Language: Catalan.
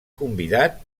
convidat